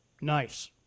Nice